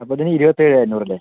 അപ്പം ഇതിന് ഇരുപത്തേഴ് എണ്ണൂറ് അല്ലെ